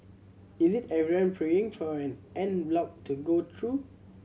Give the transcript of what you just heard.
is it everyone praying for an en bloc to go through